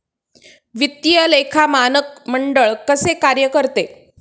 वित्तीय लेखा मानक मंडळ कसे कार्य करते?